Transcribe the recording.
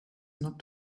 not